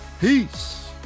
Peace